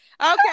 Okay